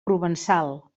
provençal